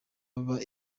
baba